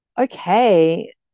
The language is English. okay